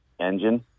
engine